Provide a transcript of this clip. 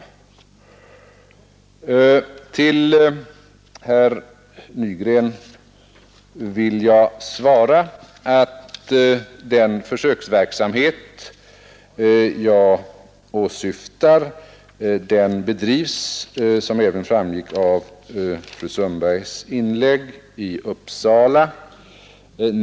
Till herr Nygren vill jag säga att den försöksverksamhet jag åsyftar bedrivs, som även framgick av fru Sundbergs inlägg, i Uppsala.